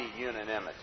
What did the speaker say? unanimity